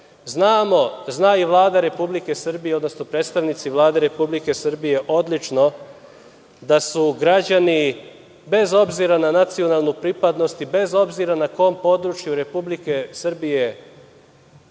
Znamo, zna i Vlada Republike Srbije odnosno predstavnici Vlade Republike Srbije odlično da su građani, bez obzira na nacionalnu pripadnost i bez obzira na kom području Republike Srbije